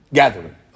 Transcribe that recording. gathering